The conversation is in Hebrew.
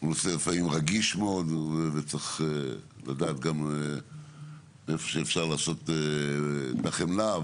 הוא נושא לפעמים רגיש מאוד וצריך לדעת גם איפה אפשר לעשות בה חמלה,